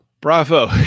Bravo